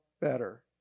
better